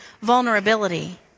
vulnerability